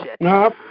No